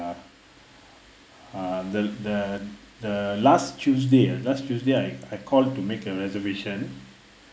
uh the the the last tuesday uh last tuesday I I called to make a reservation